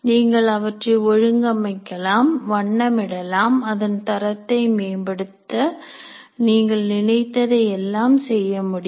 நீங்கள் அவற்றை ஒழுங்கமைக்கலாம் வண்ணம் இடலாம் அதன் தரத்தை மேம்படுத்த நீங்கள் நினைத்ததை எல்லாம் செய்ய முடியும்